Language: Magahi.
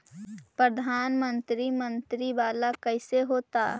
प्रधानमंत्री मंत्री वाला कैसे होता?